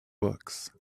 books